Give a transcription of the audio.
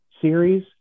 series